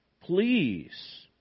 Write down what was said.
please